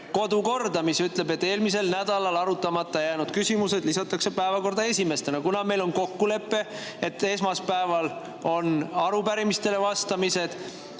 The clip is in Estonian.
kodukorda, mis ütleb, et eelmisel nädalal arutamata jäänud küsimused lisatakse päevakorda esimestena. Kuna meil on kokkulepe, et esmaspäeval on arupärimistele vastamised,